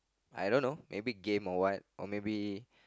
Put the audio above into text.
I don't know maybe game or what or maybe